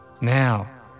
Now